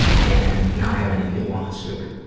and not have any nuance to it.